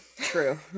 true